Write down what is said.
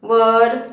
वर